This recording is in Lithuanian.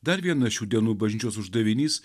dar vienas šių dienų bažnyčios uždavinys